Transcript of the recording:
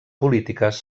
polítiques